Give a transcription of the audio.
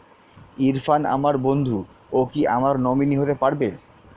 ইরফান আমার বন্ধু ও কি আমার নমিনি হতে পারবে?